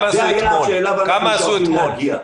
זה היעד שאליו אנחנו שואפים להגיע.